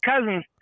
cousins